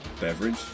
beverage